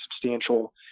substantial